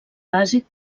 bàsic